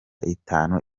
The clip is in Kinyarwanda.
itanu